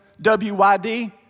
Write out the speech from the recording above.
WYD